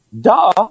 duh